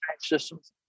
systems